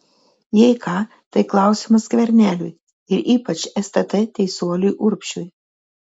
jei ką tai klausimas skverneliui ir ypač stt teisuoliui urbšiui